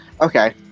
Okay